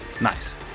Nice